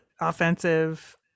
offensive